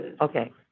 Okay